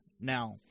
Now